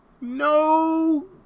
No